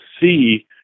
see